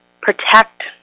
protect